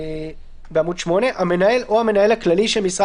בעמוד שמונה: "המנהל או המנהל הכללי של משרד